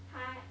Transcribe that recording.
她